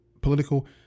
political